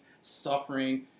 suffering